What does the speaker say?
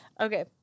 Okay